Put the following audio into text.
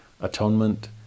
atonement